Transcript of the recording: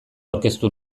aurkeztu